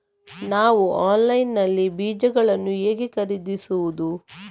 ನಾವು ಆನ್ಲೈನ್ ನಲ್ಲಿ ಬೀಜಗಳನ್ನು ಹೇಗೆ ಖರೀದಿಸುವುದು?